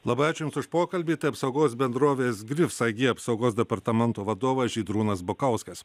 labai ačiū jums už pokalbį tai apsaugos bendrovės grifs ag apsaugos departamento vadovas žydrūnas bukauskas